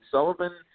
Sullivan